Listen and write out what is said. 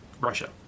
Russia